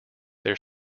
their